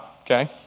okay